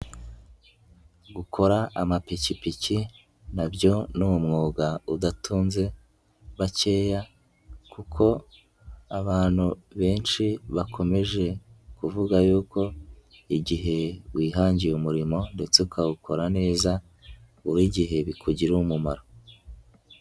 Gukora amapikipiki na byo no mu mwuga udatunze bakeya kuko abantu benshi bakomeje kuvuga yuko igihe wihangiye umurimo ndetse ukawukora neza, buri gihe bikugirira umumaro.